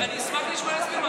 אני אשמח לשמוע,